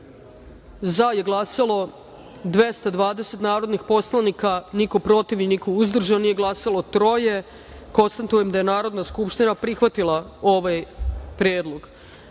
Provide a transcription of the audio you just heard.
za je glasalo – 220 narodnih poslanika, protiv - niko i niko uzdržan, nije glasalo – troje. Konstatujem da je Narodna skupština prihvatila ovaj predlog. Dalje,